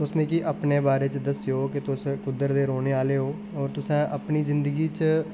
तुस मिगी अपने बारे च दस्सेओ कि तुस कुद्धर दे रौह्ने आह्ले ओ और तुसैं अपनी जिन्दगी च